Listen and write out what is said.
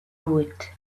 road